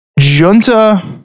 Junta